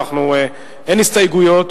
אין הסתייגויות,